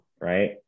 Right